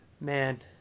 Man